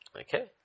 Okay